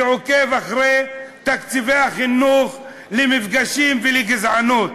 ואני עוקב אחרי תקציבי החינוך למפגשים ולמאבק בגזענות.